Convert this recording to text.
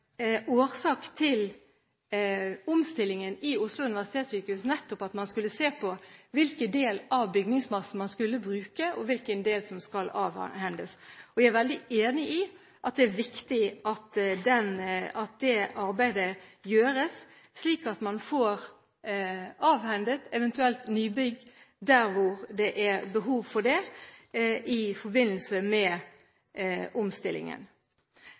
årsak til omstillingen i Oslo universitetssykehus, nettopp at man skulle se på hvilken del av bygningsmassen man skulle bruke, og hvilken del som skal avhendes. Jeg er veldig enig i at det er viktig at det arbeidet gjøres, slik at man i forbindelse med omstillingen får avhendet, eventuelt får nybygg der hvor det er behov for det. Så vil jeg også si at det er brukt store beløp i